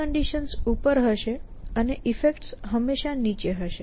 preconditions ઉપર હશે અને ઈફેક્ટ્સ હંમેશા નીચે હશે